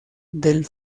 del